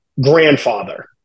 grandfather